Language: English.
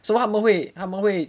so 他们会他们会